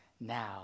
now